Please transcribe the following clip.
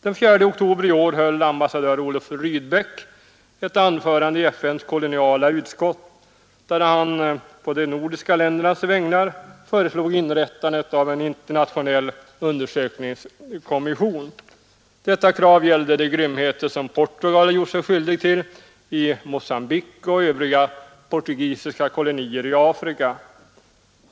Den 4 oktober i år höll ambassadör Olof Rydbeck ett anförande i FNs koloniala utskott där han på de nordiska ländernas vägnar föreslog inrättandet av en internationell undersökningskommission. Detta krav gällde de grymheter som Portugal gjort sig skyldigt till i Mogambique och övriga portugisiska kolonier i Afrika.